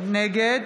נגד